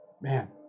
man